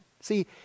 See